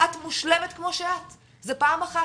את מושלמת כמו שאת, זה פעם אחת